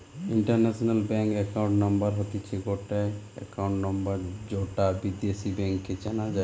international bank account number হতিছে গটে account number যৌটা বিদেশী ব্যাংকে চেনা যাই